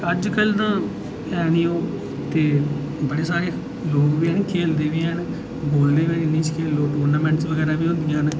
अजकल दा ऐ निं ओह् ते बड़े सारे लोक बी हैन खेढदे बी है' बुमन ते टूर्नामेंट्स बगैरा खेल दियां न